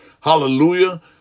Hallelujah